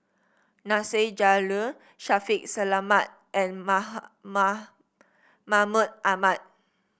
Nasir Jalil Shaffiq Selamat and Mahmud Ahmad